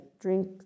drink